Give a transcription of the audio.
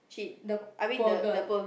the poor girl